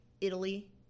Italy